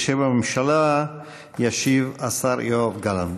בשם הממשלה ישיב השר יואב גלנט.